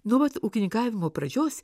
nuo pat ūkininkavimo pradžios